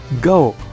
Go